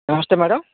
నమస్తే మేడం